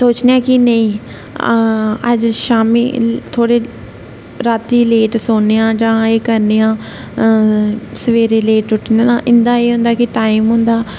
सोचने हां कि नेी अज शामी थोह्डे़ राती लेट सौन्ने आं जां एह् करने सबेरे लेट उट्ठने आं इंदा एह् होंदा कि टाइम होंदा कि